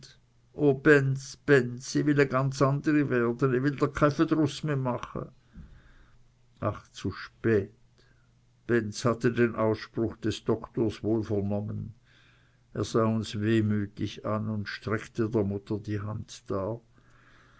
i will ganz e n anderi werde i will der kei verdruß meh mache ach zu spät benz hatte den ausspruch des doktors wohl vernommen er sah uns wehmütig an und streckte der mutter die hand dar